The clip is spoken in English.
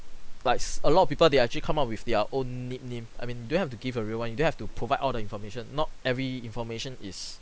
likes a lot of people they actually come up with their own nickname I mean you don't have have to give a real one you don't have to provide all the information not every information is